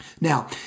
Now